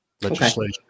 legislation